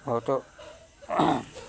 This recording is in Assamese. হয়তো